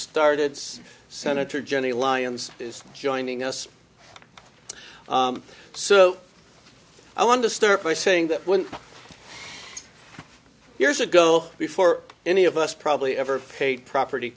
started senator jenny lyons is joining us so i want to start by saying that when years ago before any of us probably ever paid property